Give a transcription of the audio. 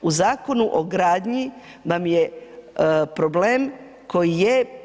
U Zakonu o gradnji vam je problem koji je.